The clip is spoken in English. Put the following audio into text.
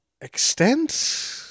Extent